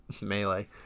Melee